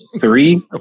Three